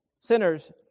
sinners